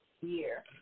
year